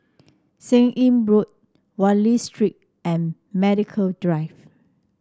Seah Im Road Wallich Street and Medical Drive